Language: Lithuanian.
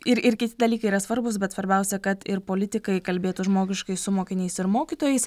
ir ir kiti dalykai yra svarbūs bet svarbiausia kad ir politikai kalbėtų žmogiškai su mokiniais ir mokytojais